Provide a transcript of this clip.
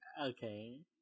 Okay